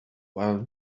while